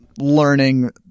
learning